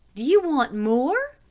do you want more?